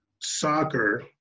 soccer